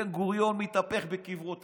בן-גוריון מתהפך בקברו.